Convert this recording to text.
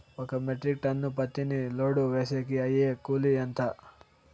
ఒక metric ton పత్తిని load వేసేకి అయ్యే కూలి ఎంత?